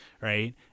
right